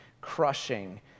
crushing